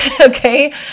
Okay